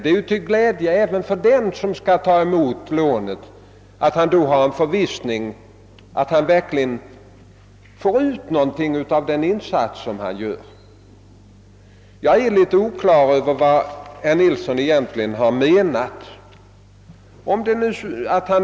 Det är nämligen till glädje även för den som skall ta emot lånet att ha förvissningen, att han verkligen får ut någonting av den insats som han gör. Jag har inte riktigt klart för mig vad herr Nilsson i Tvärålund egentligen me nar.